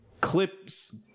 clips